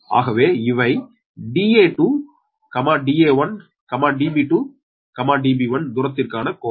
ஆகவே இவை Da2 Da1 Db2 Db1 தூரத்திற்கான கோவை